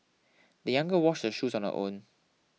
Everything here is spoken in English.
the young girl washed her shoes on her own